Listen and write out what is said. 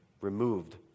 removed